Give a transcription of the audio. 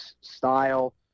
style